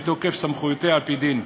מתוקף סמכויותיה על-פי דין.